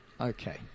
Okay